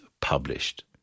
published